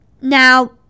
now